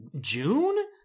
June